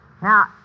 Now